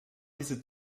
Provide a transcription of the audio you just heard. diese